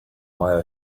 why